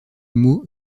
mot